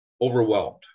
Overwhelmed